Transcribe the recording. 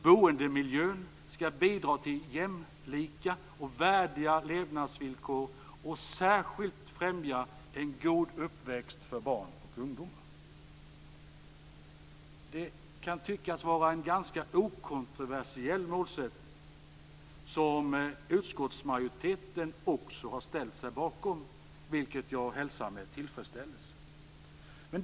Boendemiljön skall bidra till jämlika och värdiga levnadsvillkor och särskilt främja en god uppväxt för barn och ungdomar. Det kan tyckas vara en ganska okontroversiell målsättning, som också utskottsmajoriteten har ställt sig bakom, vilket jag hälsar med tillfredsställelse.